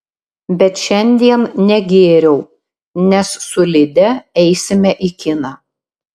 bet šiandien negėriau nes su lide eisime į kiną